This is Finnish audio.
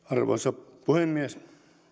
arvoisa puhemies